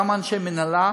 גם אנשי מינהלה,